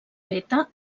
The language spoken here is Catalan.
feta